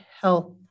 health